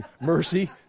Mercy